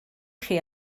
chi